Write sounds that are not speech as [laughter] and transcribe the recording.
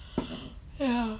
[noise] ya